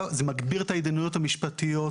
זה מגביר את ההתדיינויות המשפטיות.